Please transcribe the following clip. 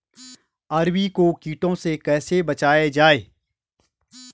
अरबी को कीटों से कैसे बचाया जाए?